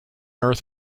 earth